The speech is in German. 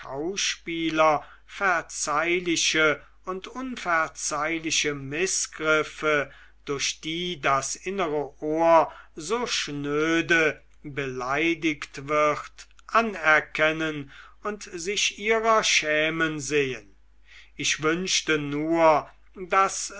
schauspieler verzeihliche und unverzeihliche mißgriffe durch die das innere ohr so schnöde beleidigt wird anerkennen und sich ihrer schämen sehen ich wünschte nur daß